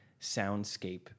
soundscape